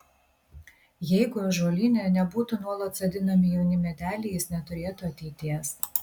jeigu ąžuolyne nebūtų nuolat sodinami jauni medeliai jis neturėtų ateities